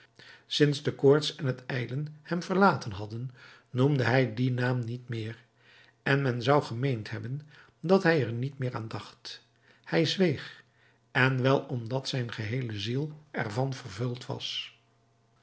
sinds de koorts en het ijlen hem verlaten hadden noemde hij dien naam niet meer en men zou gemeend hebben dat hij er niet meer aan dacht hij zweeg en wel omdat zijn geheele ziel ervan vervuld was